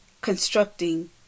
constructing